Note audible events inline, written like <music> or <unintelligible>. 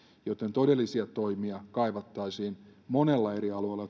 joten todellisia toimia kaivattaisiin monella eri alueella <unintelligible>